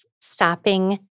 stopping